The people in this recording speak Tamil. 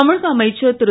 தமிழக அமைச்சர் திரு